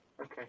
Okay